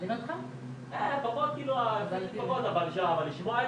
אומרת את זה כי אי אפשר להתנהל ככה כשאנחנו מבקשים את